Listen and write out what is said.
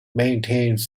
maintains